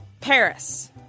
Paris